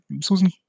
Susan